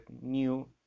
new